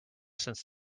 since